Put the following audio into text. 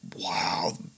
wow